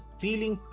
feeling